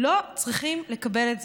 לא צריכים לקבל את זה.